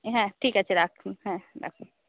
হ্যাঁ ঠিক আছে রাখুন হ্যাঁ রাখুন